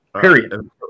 Period